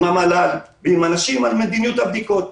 עם המל"ל ועם אנשים על מדיניות הבדיקות: